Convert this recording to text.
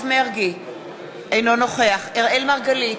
אינו נוכח אראל מרגלית,